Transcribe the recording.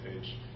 page